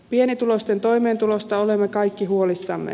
pienituloisten toimeentulosta olemme kaikki huolissamme